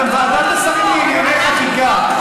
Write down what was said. גם ועדת השרים לענייני חקיקה,